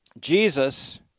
Jesus